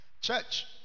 Church